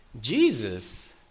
Jesus